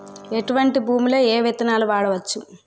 ఎటువంటి భూమిలో ఏ విత్తనాలు వాడవచ్చు?